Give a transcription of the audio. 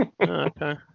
Okay